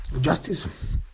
Justice